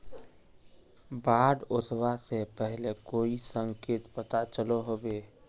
बाढ़ ओसबा से पहले कोई संकेत पता चलो होबे?